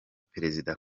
perezida